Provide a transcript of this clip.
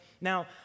Now